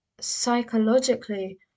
psychologically